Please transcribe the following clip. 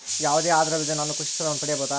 ಯಾವುದೇ ಆಧಾರವಿಲ್ಲದೆ ನಾನು ಕೃಷಿ ಸಾಲವನ್ನು ಪಡೆಯಬಹುದಾ?